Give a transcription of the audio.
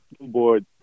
board